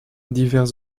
divers